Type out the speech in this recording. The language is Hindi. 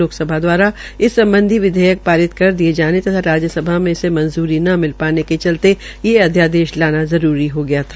लोकसभा दवारा इस सम्बधी विधेयक पारित कर दिये जाने तथा राज्यसभा में इसे मंजूरी ने मिल पाने के चलते ये अध्यादेश लाना जरूरी हो गया था